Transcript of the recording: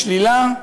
לשלילה,